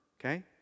okay